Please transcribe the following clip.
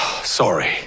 Sorry